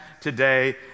today